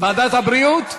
ועדת הבריאות?